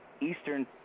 Eastern